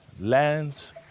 lands